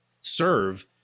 serve